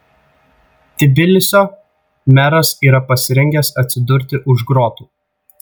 tbilisio meras yra pasirengęs atsidurti už grotų